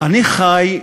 אני חי,